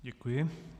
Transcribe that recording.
Děkuji.